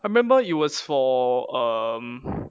I remember it was for um